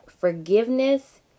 forgiveness